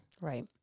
Right